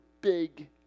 big